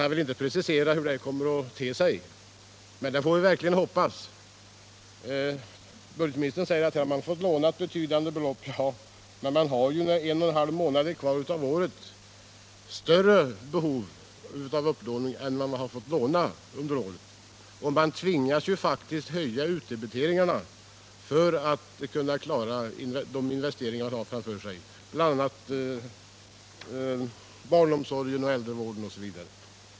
Han vill inte precisera, men vi får verkligen hoppas att det blir 17 november 1977 möjligt att låna. Budgetministern sade att man fått låna betydande belopp, = men när en och en halv månad är kvar av året behöver man ju låna Om åtgärder för att mer än vad man redan fått låna under året. Man tvingas faktiskt höja — bereda kommunerutdebiteringarna för att kunna klara de investeringar man tänker göra, na ökat utrymme bl.a. beträffande barnomsorgen och äldrevården.